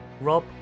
Rob